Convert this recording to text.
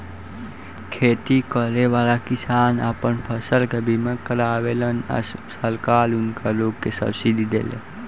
खेती करेवाला किसान आपन फसल के बीमा करावेलन आ सरकार उनका लोग के सब्सिडी देले